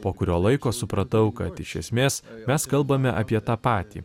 po kurio laiko supratau kad iš esmės mes kalbame apie tą patį